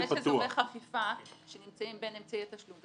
יש אזורי חפיפה שנמצאים בין אמצעי התשלום,